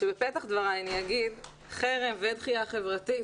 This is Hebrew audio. בפתח דבריי אני אומר שחרם ודחייה חברתית,